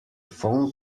phone